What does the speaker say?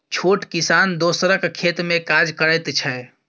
छोट किसान दोसरक खेत मे काज करैत छै